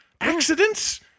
Accidents